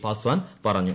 പാസ്വാൻ പറഞ്ഞു